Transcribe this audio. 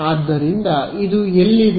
ಆದ್ದರಿಂದ ಇದು ಎಲ್ಲಿದೆ